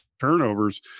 turnovers